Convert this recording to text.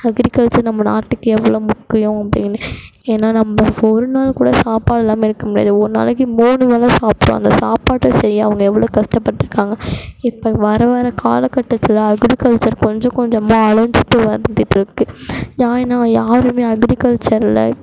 agriculture நம்ம நாட்டுக்கு எவ்வளோ முக்கியம் அப்படின்னு ஏன்னா நம்ம ஒரு நாளைக்கு கூட சாப்பாடு இல்லாமல் இருக்க முடியாது ஒரு நாளைக்கு மூணு வேளை சாப்பிடுவோம் அந்த சாப்பாட்டை செய்ய அவங்க எவ்வளோ கஷ்டபட்டிருக்காங்க இப்போது வர வர காலகட்டத்தில் அக்ரிகல்ச்சர் கொஞ்சம் கொஞ்சமாக அழிஞ்சுட்டு வந்துகிட்டு இருக்கு ஏன்னா யாரும் அக்ரிகல்ச்சரில்